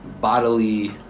bodily